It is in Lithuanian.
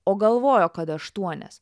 o galvojo kad aštuonias